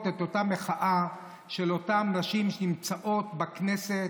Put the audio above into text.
את אותה מחאה של אותן נשים שנמצאות בכנסת,